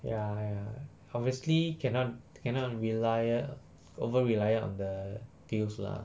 ya ya obviously cannot cannot relia~ over reliant on the pills lah